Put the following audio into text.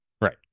Right